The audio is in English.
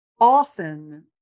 often